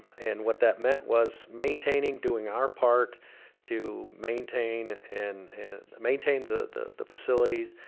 and what that meant was maintaining. doing our part to maintain and and maintain the the facilities,